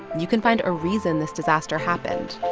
you can find a reason this disaster happened.